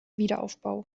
wiederaufbau